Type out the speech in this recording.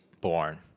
born